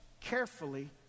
carefully